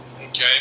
Okay